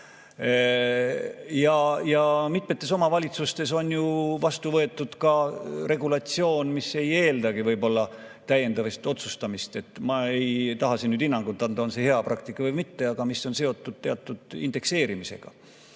mitmes omavalitsuses on ju vastu võetud regulatsioon, mis ei eeldagi võib-olla täiendavat otsustamist – ma ei taha siin anda hinnangut, on see hea praktika või mitte – ja mis on seotud teatud indekseerimisega.